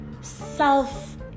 self